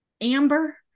Amber